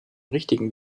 richtigen